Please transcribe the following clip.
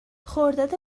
خرداد